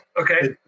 Okay